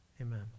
Amen